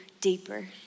deeper